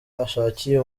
ashakiye